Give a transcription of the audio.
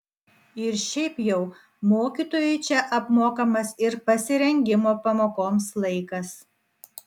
ir šiaip jau mokytojui čia apmokamas ir pasirengimo pamokoms laikas